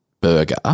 burger